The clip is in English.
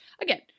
again